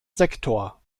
sektor